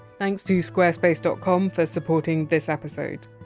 thanks to squarespace dot com for supporting this episode.